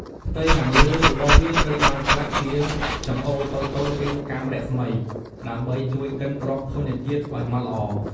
ផ្ទៃខាងលើរបស់វាត្រូវបានឆ្លាក់ជាចង្អូរតូចៗរាងកាំរស្មី ដើម្បីជួយកិនគ្រាប់ធញ្ញជាតិឲ្យម៉ត់ល្អ។